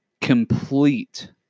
complete